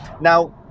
Now